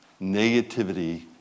negativity